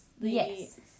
Yes